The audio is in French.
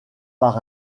par